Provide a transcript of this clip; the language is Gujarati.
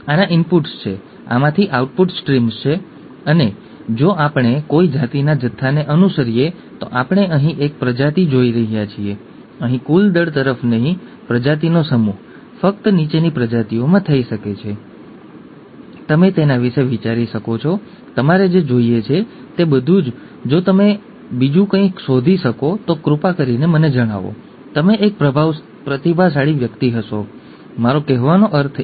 તેઓ કમ સે કમ તેમના બાળકમાં આ મુશ્કેલીની અપેક્ષા રાખતા હશે તેઓ તેમની પોતાની રીતે વગેરે તેને સંભાળવા માટે માનસિક રીતે તૈયાર હશે અને તે એક મોટી બાબત હશે જે થઈ ચૂકી છે અને તેનો પાયો એ છે જે આપણે આ ખાસ લેક્ચરમાં જોવાના છીએ